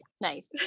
nice